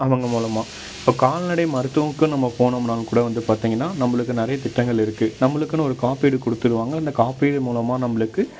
அவங்க மூலமாக இப்போ கால்நடை மருத்துவம்க்குன்னு நம்ம போனோம்னாலும் கூட வந்து பார்த்தீங்கன்னா நம்ளுக்கு நிறைய திட்டங்கள் இருக்கு நம்மளுக்குன்னு ஒரு காப்பீடு கொடுத்துருவாங்க அந்தக் காப்பீடு மூலமாக நம்மளுக்கு